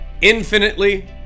infinitely